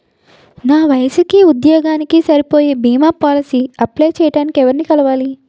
నా వయసుకి, ఉద్యోగానికి సరిపోయే భీమా పోలసీ అప్లయ్ చేయటానికి ఎవరిని కలవాలి?